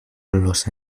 los